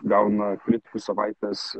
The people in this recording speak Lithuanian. gauna kritikų savaitės